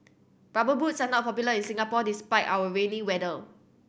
Rubber Boots are not popular in Singapore despite our rainy weather